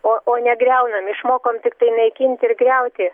o o negriaunam išmokom tiktai naikinti ir griauti